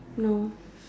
no